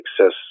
access